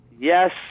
Yes